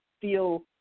feel